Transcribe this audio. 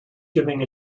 giving